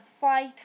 fight